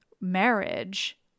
marriage